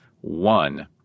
one